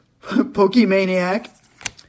PokeManiac